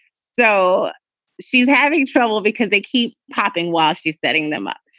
so she's having trouble because they keep popping while she's setting them up.